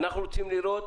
אנחנו רוצים לראות